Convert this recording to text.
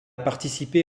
participé